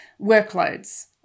workloads